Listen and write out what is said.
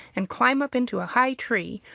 and climb up into a high tree,